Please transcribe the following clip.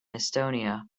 estonia